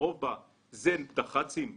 הרוב בה זה דח"צים בקבוצה.